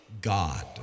God